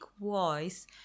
voice